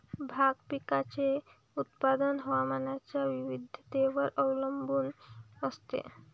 भाग पिकाचे उत्पादन हवामानाच्या विविधतेवर अवलंबून असते